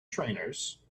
trainers